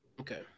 Okay